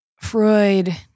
Freud